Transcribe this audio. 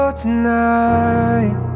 tonight